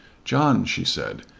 john, she said,